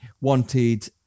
wanted